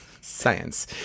Science